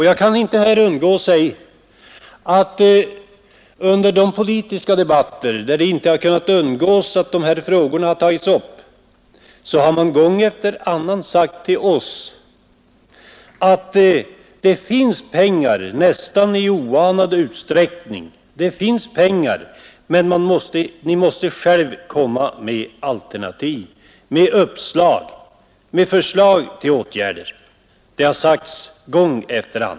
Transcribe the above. Jag kan inte heller låta bli att säga, att i de politiska debatter där dessa frågor inte har kunnat undvikas har man gång efter annan sagt till oss att det finns pengar nästan i oanad utsträckning men att ni själva måste komma med alternativ, med uppslag och förslag till åtgärder.